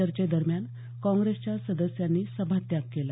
चर्चेदरम्यान काँग्रेसच्या सदस्यांनी सभात्याग केला